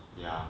ya